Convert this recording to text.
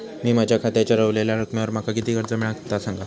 मी माझ्या खात्याच्या ऱ्हवलेल्या रकमेवर माका किती कर्ज मिळात ता सांगा?